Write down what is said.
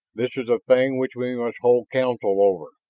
this is a thing which we must hold council over,